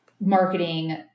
marketing